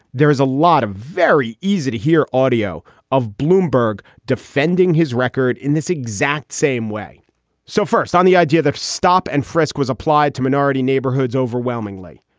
there is a lot of very easy to hear audio of bloomberg defending his record in this exact same way so first on the idea of stop and frisk was applied to minority neighborhoods overwhelmingly.